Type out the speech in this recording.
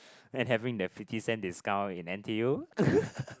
and having the fifty cent discount in N_T_U